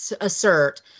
assert